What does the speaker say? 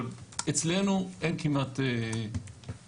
אבל אצלנו אין כמעט נפט,